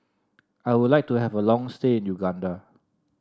I would like to have a long stay in Uganda